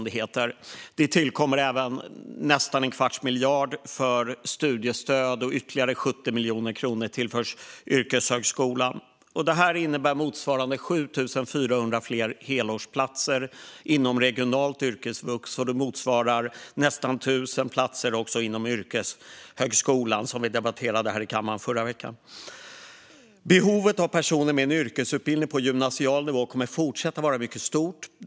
Det tillkommer även nästan en kvarts miljard för studiestöd, och ytterligare 70 miljoner kronor tillförs yrkeshögskolan. Det här innebär motsvarande 7 400 fler helårsplatser inom regionalt yrkesvux, och det motsvarar nästan 1 000 platser inom yrkeshögskolan, som vi debatterade i kammaren förra veckan. Behovet av personer med en yrkesutbildning på gymnasial nivå kommer att fortsätta att vara mycket stort.